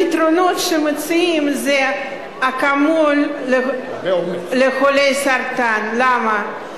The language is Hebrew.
הפתרונות שמציעים זה אקמול לחולה סרטן, למה?